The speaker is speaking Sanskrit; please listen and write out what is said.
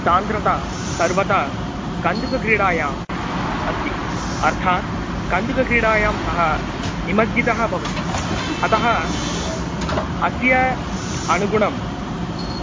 सान्द्रता सर्वता कन्दुकक्रीडायाम् अस्ति अर्थात् कन्दुकक्रीडायां सः निमज्जितः भवति अतः अस्य अनुगुणम्